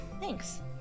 Thanks